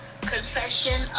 Confession